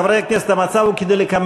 חברי הכנסת, המצב הוא כדלקמן: